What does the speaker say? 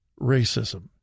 racism